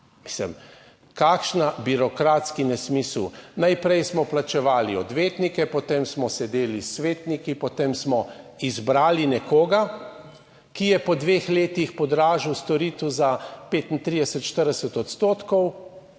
Mislim, kakšna birokratski nesmisel. Najprej smo plačevali odvetnike, potem smo sedeli s svetniki, potem smo izbrali nekoga, ki je po dveh letih podražil storitev za 35, 40 odstotkov,